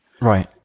Right